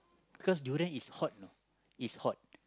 because durian is hot know is hot